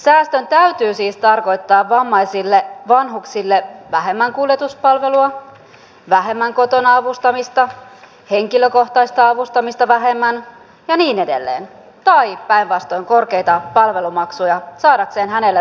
säästön täytyy siis tarkoittaa vammaisille vanhuksille vähemmän kuljetuspalvelua vähemmän kotona avustamista henkilökohtaista avustamista vähemmän ja niin edelleen tai päinvastoin korkeita palvelumaksuja välttämättömien palvelujen saamiseksi hänelle